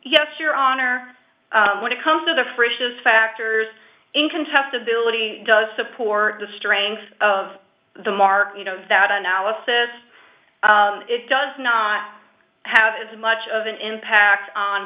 yes your honor when it comes to the fringes factors in contestability does support the strength of the mark you know that analysis it does not have as much of an impact on